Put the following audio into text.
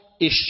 issue